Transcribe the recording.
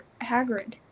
Hagrid